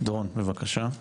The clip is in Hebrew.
דורון, בבקשה.